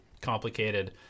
complicated